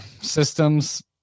systems